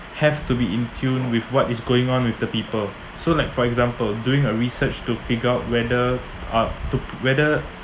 have to be in tune with what is going on with the people so like for example doing a research to pick out whether uh to whether